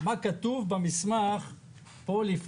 הכוונה שלי היום,